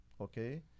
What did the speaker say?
okay